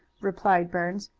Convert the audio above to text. replied burns,